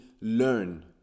learn